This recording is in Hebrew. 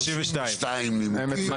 32 נימוקים.